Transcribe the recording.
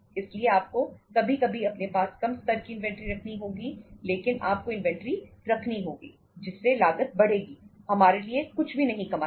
इसलिए आपको कभी कभी अपने पास कम स्तर की इन्वेंट्री रखनी होगी लेकिन आपको इन्वेंट्री रखनी होगी जिससे लागत बढ़ेगी हमारे लिए कुछ भी नहीं कमाएगी